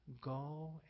Go